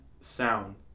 sound